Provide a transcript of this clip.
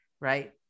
right